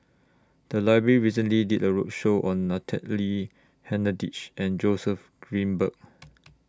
The Library recently did A roadshow on Natalie Hennedige and Joseph Grimberg